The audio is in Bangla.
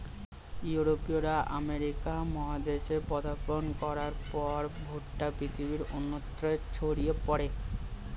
ইউরোপীয়রা আমেরিকা মহাদেশে পদার্পণ করার পর ভুট্টা পৃথিবীর অন্যত্র ছড়িয়ে পড়ে